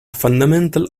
fundamental